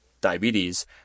diabetes